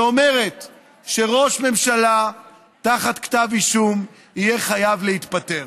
שאומרת שראש ממשלה תחת כתב אישום יהיה חייב להתפטר.